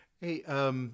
Hey